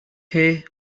hay